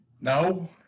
No